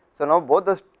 so now both